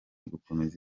gukomeza